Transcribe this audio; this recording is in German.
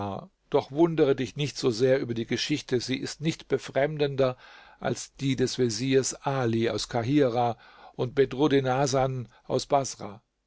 doch wundere dich nicht so sehr über die geschichte sie ist nicht befremdender als die des vezier ali aus kahirah und bedruddin hasan aus baßrah